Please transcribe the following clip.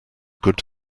good